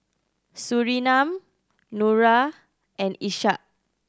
Surinam Nura and Ishak